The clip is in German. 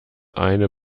eine